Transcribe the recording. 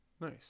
Nice